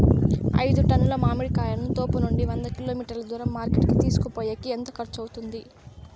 ఐదు టన్నుల మామిడి కాయలను తోపునుండి వంద కిలోమీటర్లు దూరం మార్కెట్ కి తీసుకొనిపోయేకి ఎంత ఖర్చు అవుతుంది?